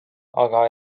aga